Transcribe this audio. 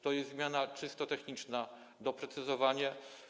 To jest zmiana czysto techniczna, doprecyzowanie.